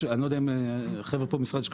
אני לא יודע אם החבר'ה פה ממשרד השיכון